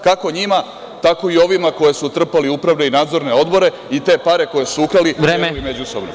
Kako njima tako i ovima koje su trpali u upravne i nadzorne odbore i te pare koje su ukrali i delili međusobno.